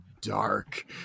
dark